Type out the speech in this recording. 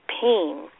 pain